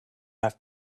have